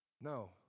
No